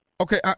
Okay